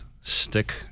stick